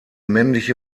männliche